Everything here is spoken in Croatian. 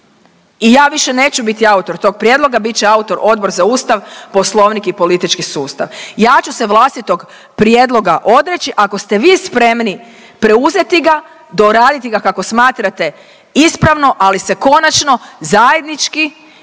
i ja više neću biti autor tog prijedloga, bit će autor Odbor za Ustav, Poslovnik i politički sustav. Ja ću se vlastitog prijedloga odreći ako ste vi spremni preuzeti ga, doraditi ga kako smatrate ispravno, ali se konačno zajednički